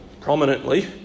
prominently